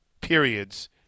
periods